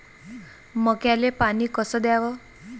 मक्याले पानी कस द्याव?